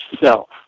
self